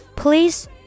Please